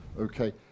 Okay